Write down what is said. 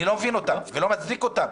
לא מצדיק מבין אותן ולא מצדיק אותן.